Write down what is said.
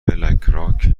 بلکراک